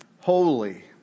holy